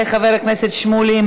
וחבר הכנסת שמולי,